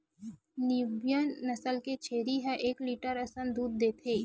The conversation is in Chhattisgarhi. न्यूबियन नसल के छेरी ह एक लीटर असन दूद देथे